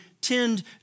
tend